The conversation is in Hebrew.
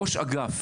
ראש אגף